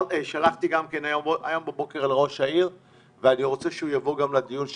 שלחתי גם היום בבוקר לראש העיר ואני רוצה שהוא גם יבוא לדיון שייקבע,